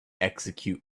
execute